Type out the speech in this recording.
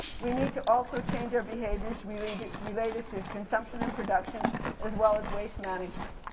we need to also change our behaviors related related to consumption and production as well as waste management.